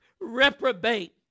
reprobate